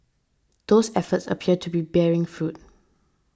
those efforts appear to be bearing fruit